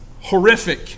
horrific